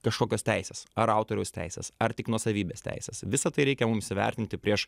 kažkokios teisės ar autoriaus teisės ar tik nuosavybės teisės visa tai reikia mums įvertinti prieš